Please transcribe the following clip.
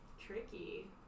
Tricky